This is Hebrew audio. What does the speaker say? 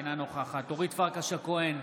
אינה נוכחת אורית פרקש הכהן,